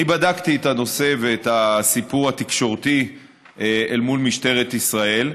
אני בדקתי את הנושא ואת הסיפור התקשורתי אל מול משטרת ישראל.